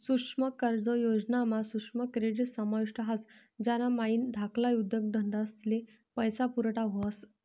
सुक्ष्म कर्ज योजना मा सुक्ष्म क्रेडीट समाविष्ट ह्रास ज्यानामाईन धाकल्ला उद्योगधंदास्ले पैसा पुरवठा व्हस